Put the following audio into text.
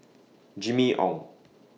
Jimmy Ong